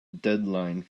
deadline